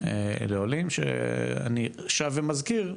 לעולים שאני שב ומזכיר,